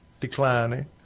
Declining